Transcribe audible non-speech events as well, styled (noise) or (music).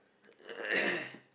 (coughs)